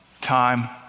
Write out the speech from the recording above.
time